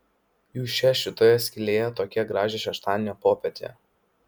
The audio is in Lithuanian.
jūs čia šitoje skylėje tokią gražią šeštadienio popietę